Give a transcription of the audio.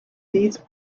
these